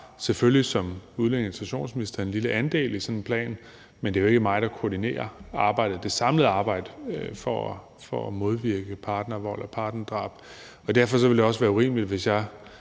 selvfølgelig som udlændinge- og integrationsminister en lille andel i sådan en plan, men det er jo ikke mig, der koordinerer det samlede arbejde for at modvirke partnervold og partnerdrab. Og derfor ville det også være urimeligt, hvis jeg